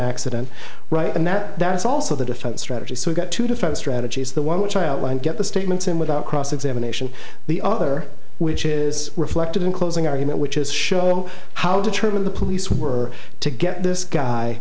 accident right and that is also the defense strategy so we've got two different strategies the one which i outlined get the statements in without cross examination the other which is reflected in closing argument which is showing how determined the police were to get this guy